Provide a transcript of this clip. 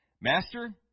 Master